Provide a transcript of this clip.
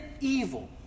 evil